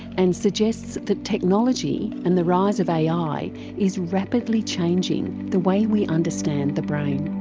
and suggests that technology and the rise of ai is rapidly changing the way we understand the brain.